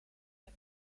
heb